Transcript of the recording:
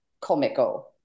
comical